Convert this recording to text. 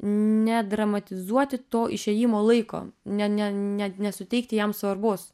nedramatizuoti to išėjimo laiko ne ne ne nesuteikti jam svarbos